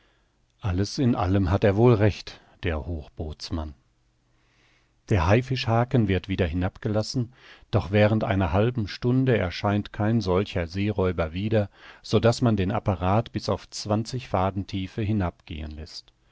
alles in allem hat er wohl recht der hochbootsmann der haifischhaken wird wieder hinabgelassen doch während einer halben stunde erscheint kein solcher seeräuber wieder so daß man den apparat bis auf zwanzig faden tiefe hinabgehen läßt